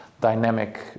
dynamic